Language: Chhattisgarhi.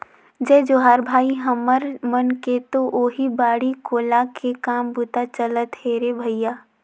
जय जोहार भाई, हमर मन के तो ओहीं बाड़ी कोला के काम बूता चलत हे रे भइया